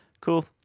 cool